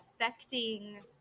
affecting